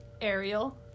Ariel